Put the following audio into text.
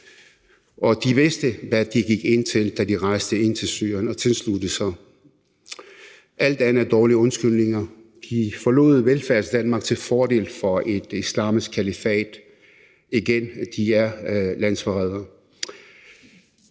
de vidste, hvad de gik ind til, da de rejste ind i Syrien og tilsluttede sig organisationen. Alt andet er dårlige undskyldninger. De forlod Velfærdsdanmark til fordel for et islamisk kalifat. Igen: De er landsforrædere.